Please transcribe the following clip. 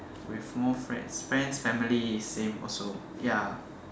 with more friends friends family is same also ya